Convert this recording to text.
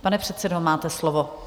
Pane předsedo, máte slovo.